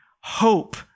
Hope